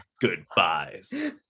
goodbyes